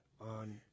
on